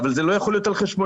אבל זה לא יכול להיות על חשבוני,